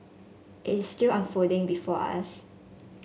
it is still unfolding before us